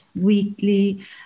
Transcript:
weekly